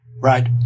Right